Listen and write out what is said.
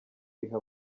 riha